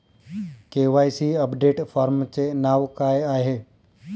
KYC update फॉर्मचे नाव काय आहे?